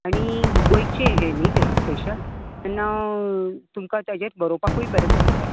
आनी गोंयचें ते ही न्हय स्पेशल नांव तांचे तुमकां बरोवपाकूय बरें जातलें